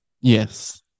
yes